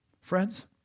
Friends